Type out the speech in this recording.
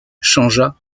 changea